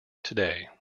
today